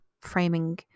framing